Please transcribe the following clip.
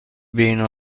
بین